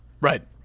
Right